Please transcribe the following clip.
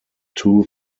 two